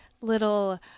Little